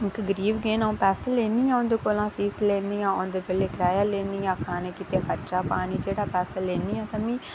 गरीब न पर अ'ऊं पैसे लैन्नी आं उं'दे कोला फीस लैन्नी आं औंदे बेल्लै कराया लैन्नी आं खानै आस्तै जेह्ड़ा खर्चा पानी आस्तै लैन्नी आं तां